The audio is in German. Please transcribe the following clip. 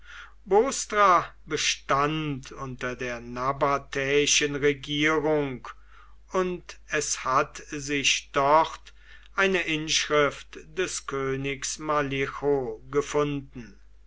bestand unter der nabatäischen regierung und es hat sich dort eine inschrift des königs malichu gefunden